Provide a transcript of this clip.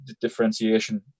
differentiation